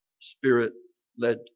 Spirit-led